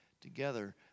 Together